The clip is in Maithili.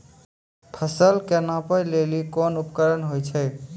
फसल कऽ नापै लेली कोन उपकरण होय छै?